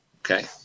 Okay